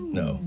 no